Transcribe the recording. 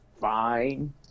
Fine